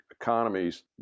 economies